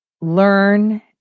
learn